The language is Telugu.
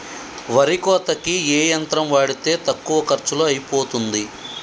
వరి కోతకి ఏ యంత్రం వాడితే తక్కువ ఖర్చులో అయిపోతుంది?